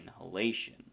inhalation